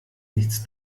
nichts